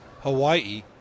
Hawaii